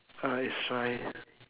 uh it's fine